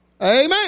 Amen